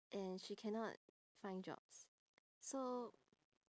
and she cannot find jobs so